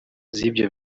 z’ibyo